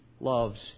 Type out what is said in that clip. loves